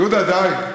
יהודה, די.